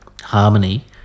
harmony